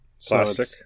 Plastic